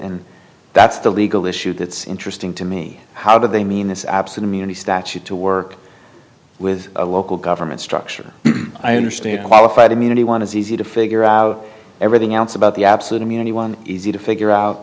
and that's the legal issue that's interesting to me how do they mean this absent any statute to work with a local government structure i understand qualified immunity one is easy to figure out everything else about the absolute immunity one easy to figure out